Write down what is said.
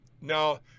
Now